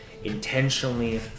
Intentionally